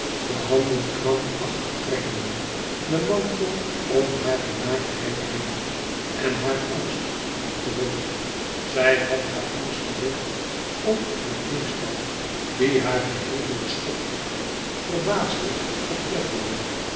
de handen krampachtig trekkende den mantel om hare naaktheid heen en haar angst kwam terug zij had haar angst terug om den diefstal die haar geheel doorschokte verbaasde verpletterde